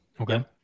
Okay